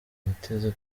biteze